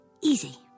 easy